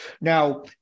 Now